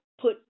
put